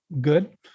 good